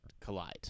collide